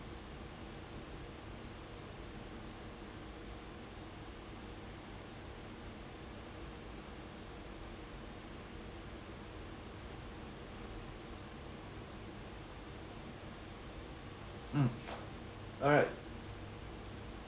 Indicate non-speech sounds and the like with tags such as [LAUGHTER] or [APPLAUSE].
mm [BREATH] alright